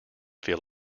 feel